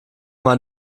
man